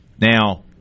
Now